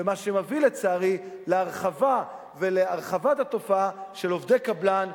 ומה שמביא לצערי להרחבת התופעה של עובדי קבלן,